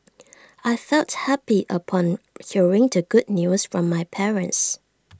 I felt happy upon hearing the good news from my parents